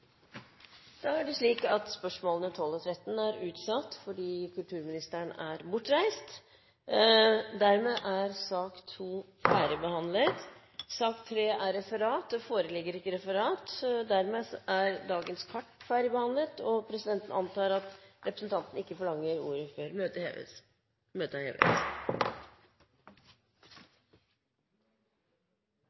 spørsmålene er utsatt til neste spørretime. Dermed er sak nr. 2 ferdigbehandlet. Det foreligger ikke referat. Dermed er dagens kart ferdigbehandlet. Forlanger noen ordet før møtet heves? – Møtet